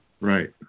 Right